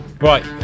right